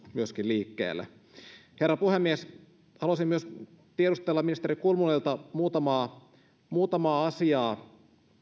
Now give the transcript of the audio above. myöskin liikkeelle herra puhemies haluaisin myös tiedustella ministeri kulmunilta muutamaa muutamaa asiaa